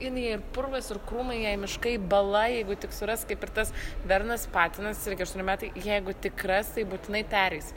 jinai ir purvas ir krūmai jai miškai bala jeigu tik suras kaip ir tas bernas patinas irgi aštuoni metai jeigu tik ras tai būtinai pereis